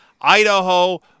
Idaho